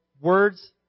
words